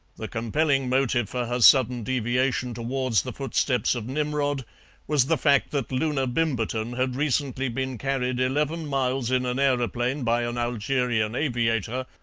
the compelling motive for her sudden deviation towards the footsteps of nimrod was the fact that loona bimberton had recently been carried eleven miles in an aeroplane by an algerian aviator,